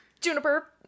Juniper